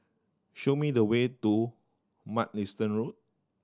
show me the way to Mugliston Road